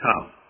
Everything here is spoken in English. come